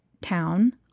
town